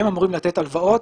הם אמורים לתת הלוואות,